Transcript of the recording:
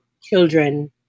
children